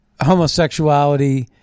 homosexuality